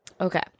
okay